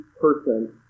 person